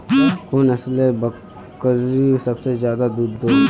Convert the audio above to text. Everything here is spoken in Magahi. कुन नसलेर बकरी सबसे ज्यादा दूध दो हो?